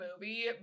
movie